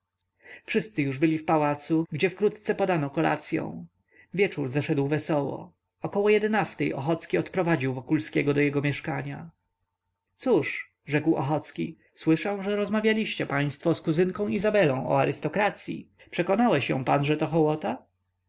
wszyscy już byli w pałacu gdzie wkrótce podano kolacyą wieczór zeszedł wesoło około jedenastej ochocki odprowadził wokulskiego do jego mieszkania cóż rzekł ochocki słyszę że rozmawialiście państwo z kuzynką izabelą o arystokracyi przekonałeś ją pan że to hołota